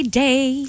day